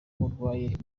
urwaye